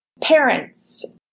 parents